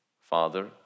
Father